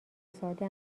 ساده